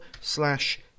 slash